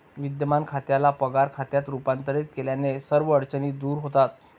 विद्यमान खात्याला पगार खात्यात रूपांतरित केल्याने सर्व अडचणी दूर होतात